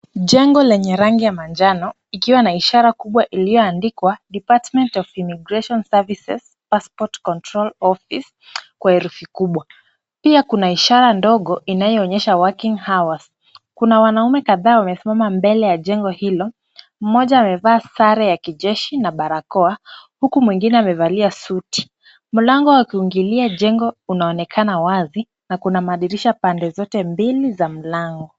Jengo lenye rangi ya manjano ikiwa na ishara kubwa iliyoandikwa Department of Immigration Services Passport Control Office kwa herufi kubwa. Pia kuna ishara ndogo inayoonyesha Working Hours . Kuna wanaume kadhaa wamesimama mbele ya jengo hilo. Mmoja amevaa sare ya kijeshi na barakoa, huku mwingine amevalia suti. Mlango wa kuingilia jengo unaonekana wazi, na kuna madirisha pande zote mbili za mlango.